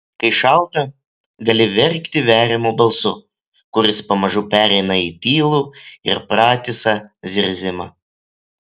kai šalta gali verkti veriamu balsu kuris pamažu pereina į tylų ir pratisą zirzimą